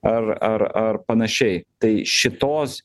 ar ar ar panašiai tai šitos